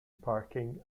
parking